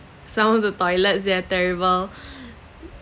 some of the toilets they're terrible